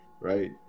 right